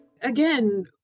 Again